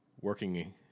working